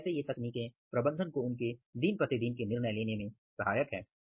और कैसे ये तकनीकें प्रबंधन को उनके दिन प्रतिदिन के निर्णय लेने में सहायक है